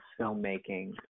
filmmaking